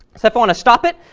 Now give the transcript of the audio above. so if i want to stop it,